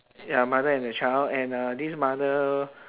ya mother and a child and uh this mother